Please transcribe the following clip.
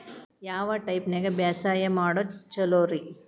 ಯಾವ ಟೈಪ್ ನ್ಯಾಗ ಬ್ಯಾಸಾಯಾ ಮಾಡೊದ್ ಛಲೋರಿ?